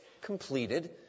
completed